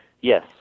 Yes